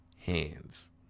hands